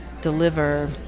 deliver